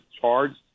charged